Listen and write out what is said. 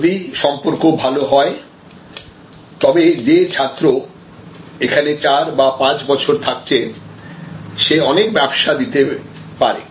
যদি সম্পর্ক ভালো হয় তবে যে ছাত্র এখানে চার বা পাঁচ বছর থাকছে সে অনেক ব্যবসা দিতে পারে